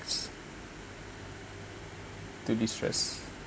to de-stress